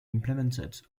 implemented